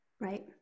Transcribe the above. right